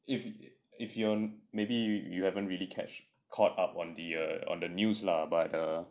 if if you are maybe you haven't really catch caught up on the uh on the news lah but uh